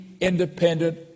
independent